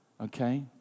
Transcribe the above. Okay